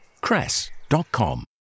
cress.com